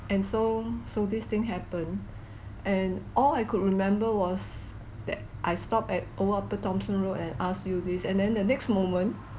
and so so this thing happen and all I could remember was that I stop at old upper thomson road and ask you this and then the next moment